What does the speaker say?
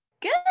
Good